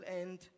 end